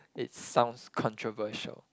it sounds controversial